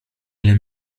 ile